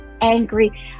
angry